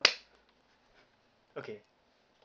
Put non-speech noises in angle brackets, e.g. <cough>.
<noise> okay